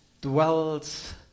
dwells